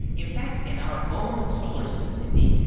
in fact, in our own solar system, mindy,